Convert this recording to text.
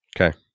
okay